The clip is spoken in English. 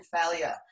failure